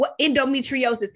endometriosis